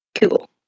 Cool